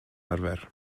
arfer